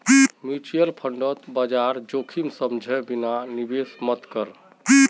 mutual फंडत बाजार जोखिम समझे बिना निवेश मत कर